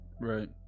right